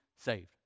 saved